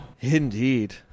indeed